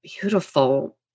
beautiful